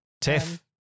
Tiff